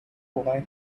boy